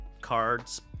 cards